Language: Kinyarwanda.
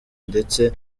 ndetse